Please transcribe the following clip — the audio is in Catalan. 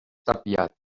tapiat